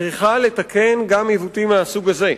צריכה לתקן גם עיוותים מהסוג הזה,